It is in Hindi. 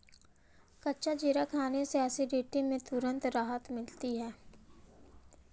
कच्चा जीरा खाने से एसिडिटी में तुरंत राहत मिलती है